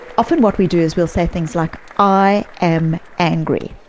often what we do is we'll say things like, i am angry.